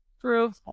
True